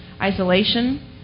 Isolation